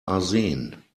arsen